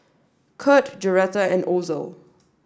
Curt Joretta and Ozell